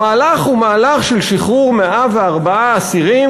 המהלך הוא מהלך של שחרור 104 אסירים,